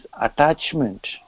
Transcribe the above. attachment